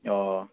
অঁ